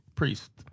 priest